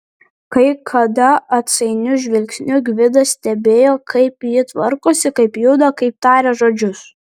kai kada atsainiu žvilgsniu gvidas stebėjo kaip ji tvarkosi kaip juda kaip taria žodžius